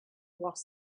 was